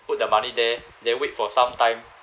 put their money there then wait for some time